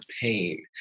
pain